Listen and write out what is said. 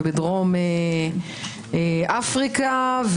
בדרום אפריקה,